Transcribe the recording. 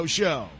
show